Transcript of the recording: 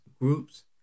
groups